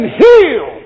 heal